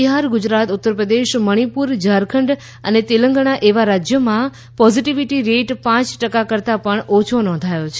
બિહાર ગુજરાત ઉત્તર પ્રદેશ મણિપુર ઝારખંડ અને તેલંગાણા એવા રાજ્યોમાં પોઝિટિવિટી રેટ પાંચ ટકા કરતાં પણ ઓછો છે